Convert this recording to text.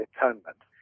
Atonement